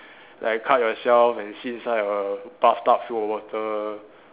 like cut yourself and sit inside a bathtub full of water